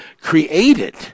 created